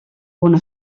una